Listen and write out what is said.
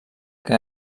que